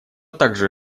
также